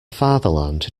fatherland